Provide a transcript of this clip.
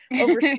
over